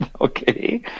okay